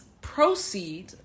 proceed